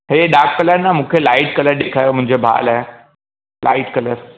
इहो dark colour न मूंखे लाइट कलर ॾेखारियो मुंहिंजे भाउ लाइ लाइट कलर